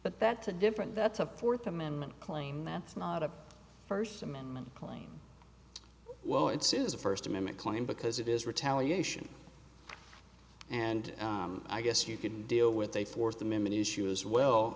but that's a different that's a fourth amendment claim that's not a first amendment claim well it's is a first amendment claim because it is retaliation and i guess you could deal with a fourth amendment issue as well